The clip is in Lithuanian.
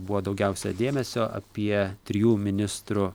buvo daugiausia dėmesio apie trijų ministrų